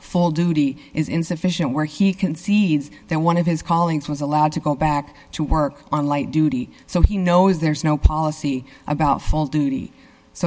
full duty is insufficient where he concedes that one of his colleagues was allowed to go back to work on light duty so he knows there's no policy about full duty so